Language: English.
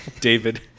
David